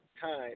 time